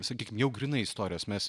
sakykim jau grynai istorijos mes